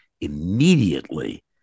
immediately